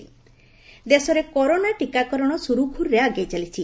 corona ଟୀକାକରଣ ଦେଶରେ corona ଟିକାକରଣ ସୁରୁଖୁରୁରେ ଆଗେଇ ଚାଲିଛି